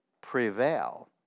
Prevail